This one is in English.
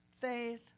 Faith